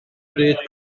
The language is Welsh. bryd